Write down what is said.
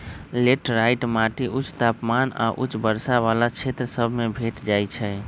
laterite माटि उच्च तापमान आऽ उच्च वर्षा वला क्षेत्र सभ में भेंट जाइ छै